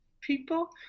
people